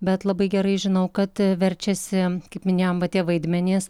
bet labai gerai žinau kad verčiasi kaip minėjom va tie vaidmenys